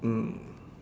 mm